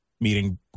Meeting